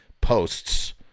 posts